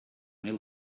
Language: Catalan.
mil